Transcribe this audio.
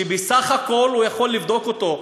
שבסך הכול יכול לבדוק אותו,